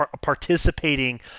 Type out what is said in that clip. participating